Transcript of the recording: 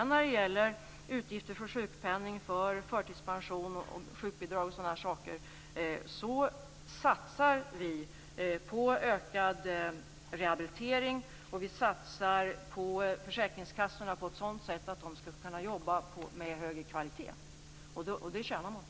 När det gäller utgifter för sjukpenning, förtidspension, sjukbidrag osv. satsar vi på ökad rehabilitering. Vi satsar också på försäkringskassorna på ett sådant sätt att de skall kunna jobba med högre kvalitet, och det tjänar man på.